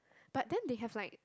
but then they have like